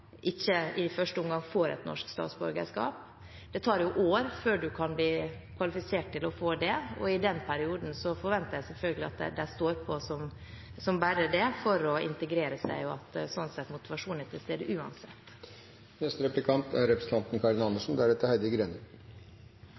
i første omgang ikke får norsk statsborgerskap. Det tar jo år før en kan bli kvalifisert til å få det, og i den perioden forventer jeg selvfølgelig at de står på som bare det for å integrere seg, og at motivasjonen slik sett er til stede, uansett.